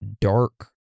dark